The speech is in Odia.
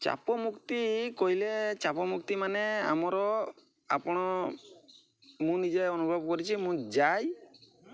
ଚାପମୁକ୍ତି କହିଲେ ଚାପମୁକ୍ତିମାନେ ଆମର ଆପଣ ମୁଁ ନିଜେ ଅନୁଭବ କରିଛି ମୁଁ ଯାଇ